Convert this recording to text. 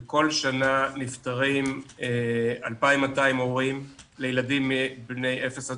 וכל שנה נפטרים 2,200 הורים לילדים בני אפס עד